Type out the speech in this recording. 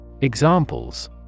Examples